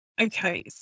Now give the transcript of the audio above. Okay